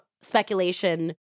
speculation